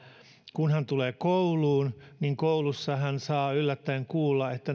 kun hän tulee kouluun niin koulussa hän saa yllättäen kuulla että